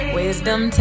wisdom